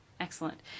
Excellent